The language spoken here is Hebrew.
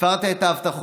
הפרת את ההבטחות,